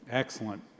Excellent